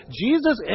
Jesus